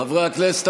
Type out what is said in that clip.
חברי הכנסת,